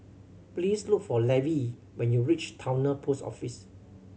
please look for Levy when you reach Towner Post Office